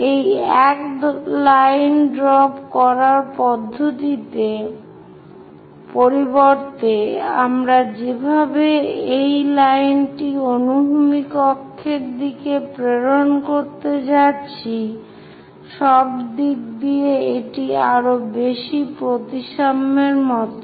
এই এক line drop করার পরিবর্তে আমরা যেভাবে এই এক লাইনটিকে অনুভূমিক অক্ষের দিকে প্রেরণ করতে যাচ্ছি সব দিক দিয়ে এটি আরো বেশি প্রতিসাম্যের মতো